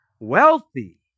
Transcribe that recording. wealthy